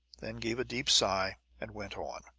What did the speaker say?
then gave a deep sigh and went on.